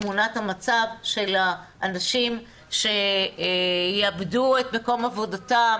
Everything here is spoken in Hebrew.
תמונת המצב של האנשים שיאבדו את מקום עבודתם